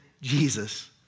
Jesus